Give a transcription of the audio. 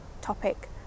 topic